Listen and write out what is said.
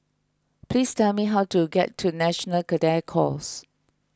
please tell me how to get to National Cadet Corps